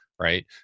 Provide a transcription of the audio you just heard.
right